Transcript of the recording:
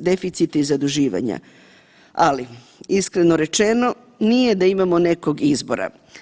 deficit i zaduživanja, ali iskreno rečeno nije da imamo nekog izbora.